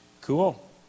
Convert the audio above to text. Cool